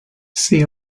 see